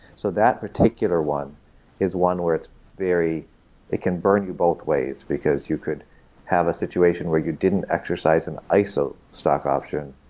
so that particular one is one where it's very it can burn you both ways, because you could have a situation where you didn't exercise an iso stock option,